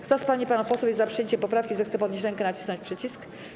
Kto z pań i panów posłów jest za przyjęciem poprawki, zechce podnieść rękę i nacisnąć przycisk.